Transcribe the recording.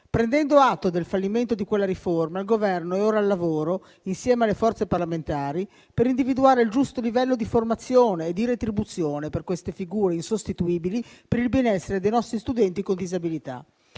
Prendendo atto del fallimento di quella riforma, il Governo è ora al lavoro insieme alle forze parlamentari per individuare il giusto livello di formazione e di retribuzione per queste figure insostituibili per il benessere dei nostri studenti con disabilità.